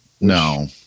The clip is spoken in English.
No